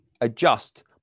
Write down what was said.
adjust